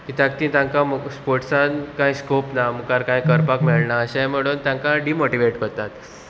कित्याक ती तांकां स्पोर्टसान कांय स्कोप ना मुखार कांय करपाक मेळना अशें म्हणून तांकां डिमोटिवेट करतात